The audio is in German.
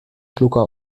schlucker